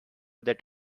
that